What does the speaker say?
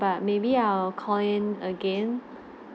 but maybe I'll call in again